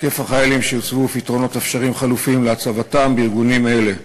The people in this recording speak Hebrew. היקף החיילים שיוצבו ופתרונות אפשריים חלופיים להצבתם בארגונים אלה.